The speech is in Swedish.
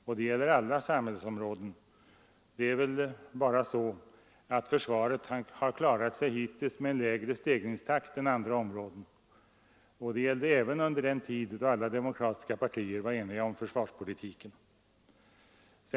Detta gäller på alla samhällsområden men försvaret har hittills klarat sig med en lägre stegringstakt än andra områden. Det gällde även under den tid då alla demokratiska partier var eniga om försvarspolitiken.